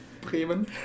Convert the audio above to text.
Bremen